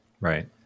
Right